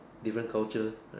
different culture